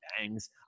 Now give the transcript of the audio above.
bangs